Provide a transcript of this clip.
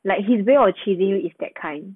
like his way of chasing you is that kind